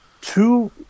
Two